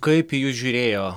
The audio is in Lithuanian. kaip į jus žiūrėjo